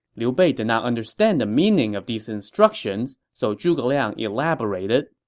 liu bei did not understand the meaning of these instructions, so zhuge liang elaborated,